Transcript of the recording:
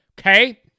okay